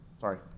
Sorry